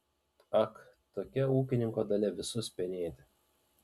ak tokia ūkininko dalia visus penėti